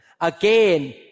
Again